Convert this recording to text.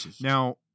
Now